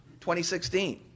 2016